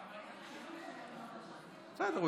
בסדר.